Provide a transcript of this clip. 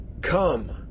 Come